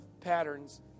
patterns